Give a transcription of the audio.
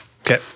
Okay